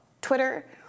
Twitter—